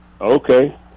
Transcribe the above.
Okay